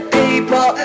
people